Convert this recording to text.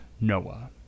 Noah